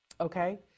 okay